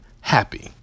happy